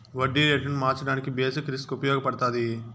వడ్డీ రేటును మార్చడానికి బేసిక్ రిస్క్ ఉపయగపడతాది